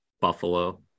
Buffalo –